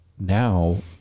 now